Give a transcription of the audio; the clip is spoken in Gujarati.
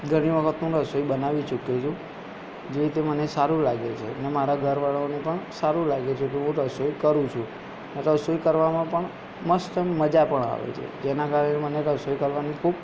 ઘણી વખત હું રસોઈ બનાવી ચૂક્યો છું જે રીતે મને સારું લાગે છે ને મારા ઘરવાળાઓને પણ સારું લાગે છે તો હું રસોઈ કરું છું રસોઈ કરવામાં પણ મસ્ત મજા પણ આવે છે જેના કારણે મને રસોઈ કરવાની ખૂબ